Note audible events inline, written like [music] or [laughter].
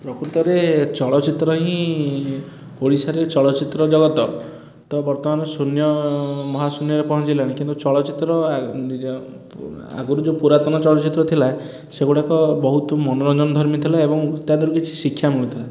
ପ୍ରକୃତରେ ଚଳଚ୍ଚିତ୍ର ହିଁ ଓଡ଼ିଶାରେ ଚଳଚ୍ଚିତ୍ର ଜଗତ ତ ବର୍ତ୍ତମାନ ଶୂନ୍ୟ ମହାଶୂନ୍ୟରେ ପହଞ୍ଚିଲାଣି କିନ୍ତୁ ଚଳଚ୍ଚିତ୍ର [unintelligible] ଆଗରୁ ଯେଉଁ ପୂରାତନ ଚଳଚ୍ଚିତ୍ର ଥିଲା ସେଗୁଡ଼ାକ ବହୁତ ମନୋରଞ୍ଜନଧର୍ମୀ ଥିଲା ଏବଂ ତାଧିଅରୁ କିଛି ଶିକ୍ଷା ମିଳୁଥିଲା